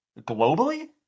Globally